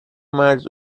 مرز